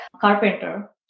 carpenter